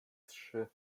trzy